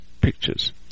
pictures